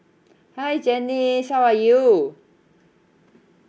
hi janice how are you